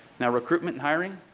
yeah recruitment hiring,